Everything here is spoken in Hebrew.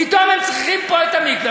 פתאום הם צריכים פה את המקווה.